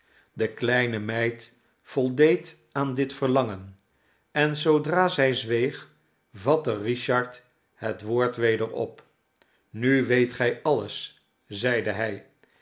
de kleine meid voldeed aan dit verlangen en zoodra zij zweeg vatte richard het woord weder op nu weet gij alles zeide hij